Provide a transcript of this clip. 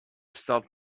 stealth